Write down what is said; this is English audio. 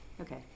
Okay